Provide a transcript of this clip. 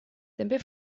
també